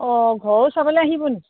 অঁ ঘৰো চাবলৈ আহিবনি